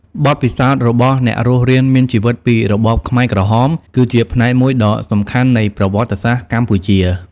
បទពិសោធន៍របស់អ្នករស់រានមានជីវិតពីរបបខ្មែរក្រហម គឺជាផ្នែកមួយដ៏សំខាន់នៃប្រវត្តិសាស្ត្រកម្ពុជា។